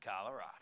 Colorado